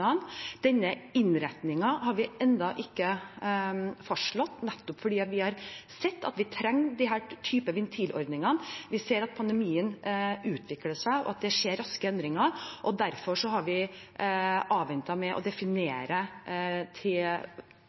Denne innretningen har vi ennå ikke fastslått, nettopp fordi vi har sett at vi trenger disse ventilordningene. Vi ser at pandemien utvikler seg, og at det skjer raske endringer. Derfor har vi avventet med å definere hva de siste 500 mill. kr skal gå til,